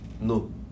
No